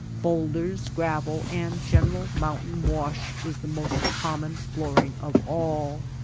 bowlders, gravel, and general mountain wash is the most common flooring of all.